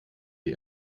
die